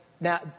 now